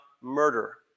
murder